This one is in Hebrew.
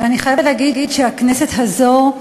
ואני חייבת להגיד שהכנסת הזאת,